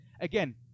Again